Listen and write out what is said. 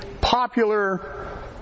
popular